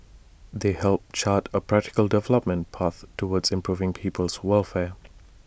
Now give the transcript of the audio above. they help chart A practical development path towards improving people's welfare